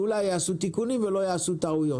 אולי יעשו תיקונים ולא יעשו טעויות.